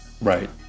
Right